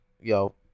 yo